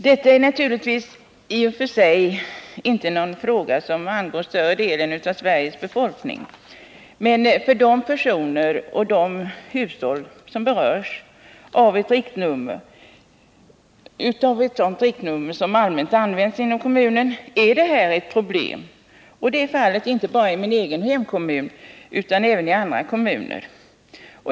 Den här frågan kan väl i och för sig inte sägas angå större delen av Sveriges befolkning, men för de personer och de hushåll som berörs och som har fler än ett riktnummer som allmänt används inom kommunen är detta ett problem, och så är fallet inte bara i min egen hemkommun utan även i andra kommuner.